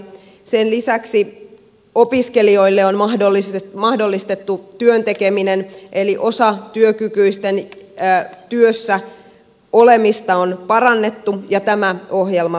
sen lisäksi opiskelijoille on mahdollistettu työn tekeminen eli osatyökykyisten työssäolemista on parannettu ja tämä ohjelma jatkuu